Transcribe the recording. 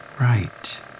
Right